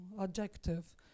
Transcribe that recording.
adjective